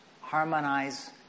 harmonize